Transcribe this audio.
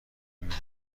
میدیدم